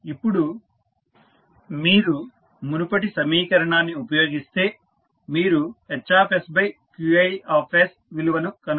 ఇప్పుడు మీరు మునుపటి సమీకరణాన్ని ఉపయోగిస్తే మీరు HQi విలువను కనుగొనగలరు